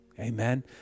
amen